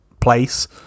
place